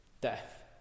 death